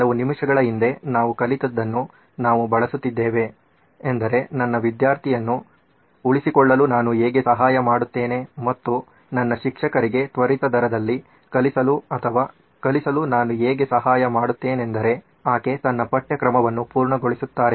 ಕೆಲವು ನಿಮಿಷಗಳ ಹಿಂದೆ ನಾವು ಕಲಿತದ್ದನ್ನು ನಾವು ಬಳಸುತ್ತಿದ್ದೇವೆ ಎಂದರೆ ನನ್ನ ವಿದ್ಯಾರ್ಥಿಯನ್ನು ಉಳಿಸಿಕೊಳ್ಳಲು ನಾನು ಹೇಗೆ ಸಹಾಯ ಮಾಡುತ್ತೇನೆ ಮತ್ತು ನನ್ನ ಶಿಕ್ಷಕರಿಗೆ ತ್ವರಿತ ದರದಲ್ಲಿ ಕಲಿಸಲು ಅಥವಾ ಕಲಿಸಲು ನಾನು ಹೇಗೆ ಸಹಾಯ ಮಾಡುತ್ತೇನೆಂದರೆ ಆಕೆ ತನ್ನ ಪಠ್ಯಕ್ರಮವನ್ನು ಪೂರ್ಣಗೊಳಿಸುತ್ತಾರೆಯೇ